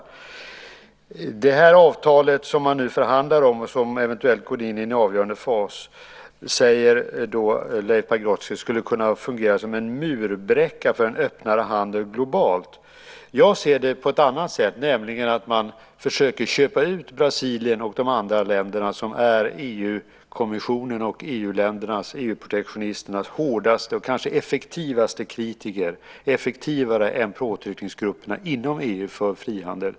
Leif Pagrotsky säger att det avtal som man nu förhandlar om och som eventuellt går in i en avgörande fas skulle kunna fungera som en murbräcka för en öppnare handel globalt. Jag ser det på ett annat sätt, nämligen att man försöker köpa ut Brasilien och de andra länderna som är EU-kommissionens och EU-protektionisternas hårdaste och kanske effektivaste kritiker - effektivare än påtryckningsgrupperna inom EU för frihandel.